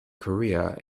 korea